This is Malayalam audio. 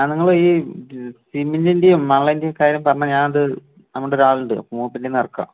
ആ നിങ്ങൾ ഈ സിമെന്റിന്റേം മണലിന്റേയും കാര്യം പറഞ്ഞാൽ ഞാനത് ഇവിടൊരാളുണ്ട് മൂപ്പരുടെ കൈയിൽ നിന്നറക്കാം